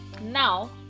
now